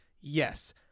Yes